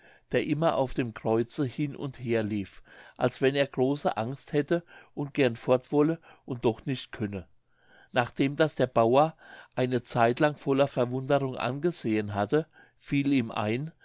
der immer auf dem kreuze hin und her lief als wenn er große angst hätte und gern fort wolle und doch nicht könne nachdem das der bauer eine zeitlang voller verwunderung angesehen hatte fiel ihm ein